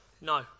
no